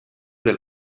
del